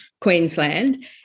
Queensland